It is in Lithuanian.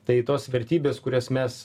tai tos vertybės kurias mes